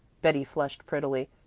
betty flushed prettily.